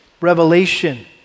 revelation